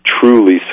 truly